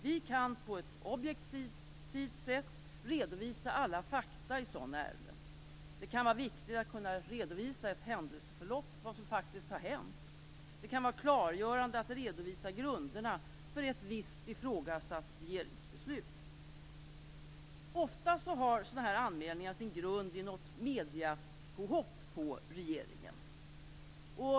Vi kan på ett objektivt sätt redovisa alla fakta i sådana ärenden. Det kan vara viktigt att kunna redovisa ett händelseförlopp, vad som faktiskt har hänt. Det kan vara klargörande att redovisa grunderna för ett visst ifrågasatt regeringsbeslut. Ofta har sådana anmälningar sin grund i något mediepåhopp på regeringen.